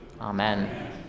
Amen